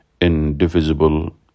indivisible